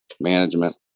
management